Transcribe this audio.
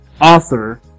author